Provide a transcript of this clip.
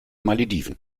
malediven